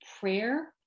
prayer